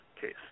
case